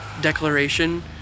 declaration